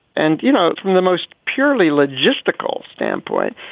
and, you know, from the most purely logistical standpoint,